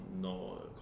no